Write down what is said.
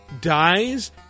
dies